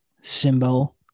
symbol